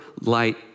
light